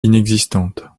inexistante